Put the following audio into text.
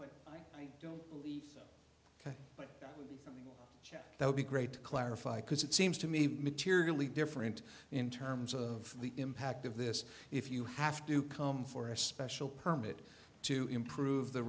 walls i don't believe that would be great to clarify because it seems to me materially different in terms of the impact of this if you have to come for a special permit to improve the